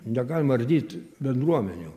negalima ardyt bendruomenių